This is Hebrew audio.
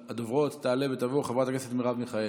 תעלה ותבוא חברת הכנסת מרב מיכאלי.